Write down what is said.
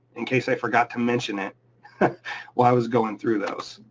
in case i forgot to mention it while i was going through those.